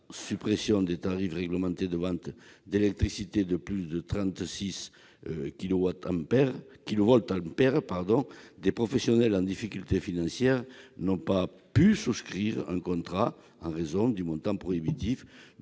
suppression des tarifs réglementés de vente d'électricité de plus de 36 kVA, des professionnels en difficultés financières n'ont pu souscrire un contrat en raison du montant prohibitif